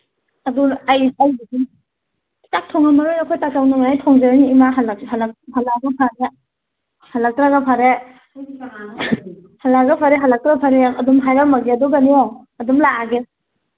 ꯑꯗꯨ ꯑꯩ ꯆꯥꯛ ꯊꯣꯡꯉꯝꯃꯔꯣꯏ ꯑꯩꯈꯣꯏ ꯇꯥꯆꯧꯅ ꯃꯔꯥꯏ ꯊꯣꯡꯖꯔꯅꯤ ꯏꯃꯥ ꯍꯜꯂꯛꯑꯁꯨ ꯐꯔꯦ ꯍꯜꯂꯛꯇ꯭ꯔꯒ ꯐꯔꯦ ꯍꯜꯂꯛꯑꯒ ꯐꯔꯦ ꯍꯜꯂꯛꯇ꯭ꯔꯒ ꯐꯔꯦ ꯑꯗꯨꯝ ꯍꯥꯏꯔꯝꯃꯒꯦ ꯑꯗꯨꯒꯅꯦ ꯑꯗꯨꯝ ꯂꯥꯛꯑꯒꯦ